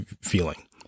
feeling